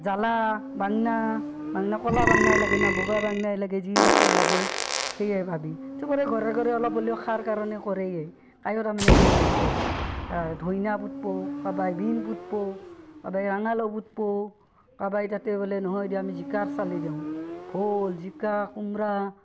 জালা বাংনা বাংনা ক'লা বাংনাই লাগে না বগা বাংনাই লাগে যি থাকে লাগে সেয়ে পাবি চবৰে ঘৰে ঘৰে অলপ হ'লিও খাৰ কাৰণে কৰেয়ে কায়ো তাৰমানে এনেই নাথকে ধইনা পুতবো কাবাই বীন পুতবো কাবাই ৰাঙালাও পুতবো কাবাই তাতে বোলে নহয় দে আমি জিকাৰ চালি দেউং ভোল জিকা কোমৰা